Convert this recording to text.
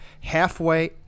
halfway